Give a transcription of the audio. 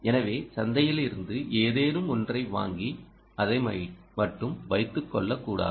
எனவே சந்தையில் இருந்து ஏதேனும் ஒன்றை வாங்கி அதை மட்டும் வைத்துக் கொள்ளக்கூடாது